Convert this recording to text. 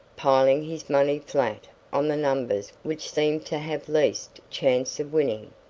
piling his money flat on the numbers which seemed to have least chance of winning.